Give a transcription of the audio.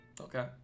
okay